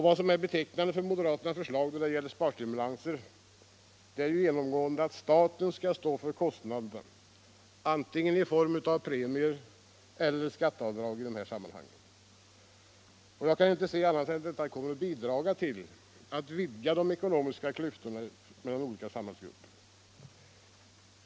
Vad som är betecknande för det moderata förslaget till sparstimulanser är genomgående att staten skall stå för kostnaderna, antingen genom premier eller genom skatteavdrag. Jag kan inte se annat än att detta kommer att bidra till att vidga de ekonomiska klyftorna mellan olika samhällsgrupper.